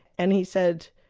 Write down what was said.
and he said,